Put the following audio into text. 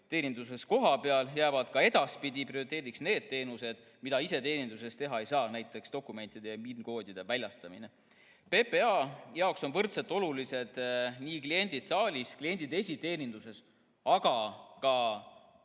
Teeninduses kohapeal jäävad ka edaspidi prioriteediks need teenused, mida iseteeninduses osutada ei saa, näiteks dokumentide ja PIN‑koodide väljastamine. PPA jaoks on võrdselt olulised nii kliendid saalis kui ka kliendid iseteeninduses, aga ka